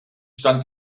stand